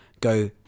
go